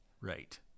right